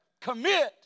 commit